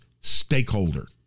stakeholder